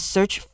Search